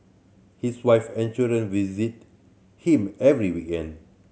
his wife and children visit him every weekend